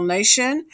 Nation